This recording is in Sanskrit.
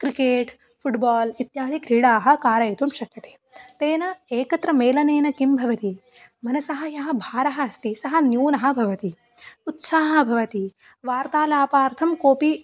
क्रिकेट् फ़ुट्बाल् इत्यादि क्रीडाः कारयितुं शक्यते तेन एकत्र मेलनेन किं भवति मनसः यः भारः अस्ति सः न्यूनः भवति उत्साहः भवति वार्तालापार्थं कोऽपि